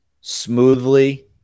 smoothly